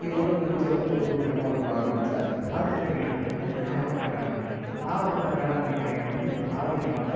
இது ஒரு மிக சிறந்த பொழுதுபோக்கு இடமாக இருக்கும் நாகப்பட்னத்தில் அடுத்து கேட்டிங்கன்னா வந்து நாகப்பட்னம் வேளாங்கண்ணி நாகப்பட்னம் வேளாங்கண்ணி கேட்டிங்கன்னா வந்து ஆரோக்கியமாதா